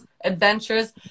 adventures